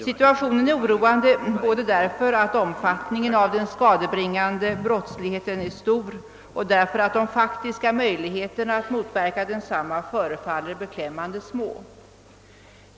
Situationen är orande både därför att omfattningen av den skadebringande brottsligheten är stor och därför att de faktiska möjligheterna att motverka denna brottslighet förefaller beklämmande små.